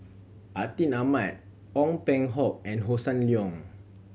Atin Amat Ong Peng Hock and Hossan Leong